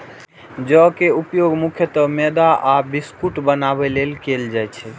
जौ के उपयोग मुख्यतः मैदा आ बिस्कुट बनाबै लेल कैल जाइ छै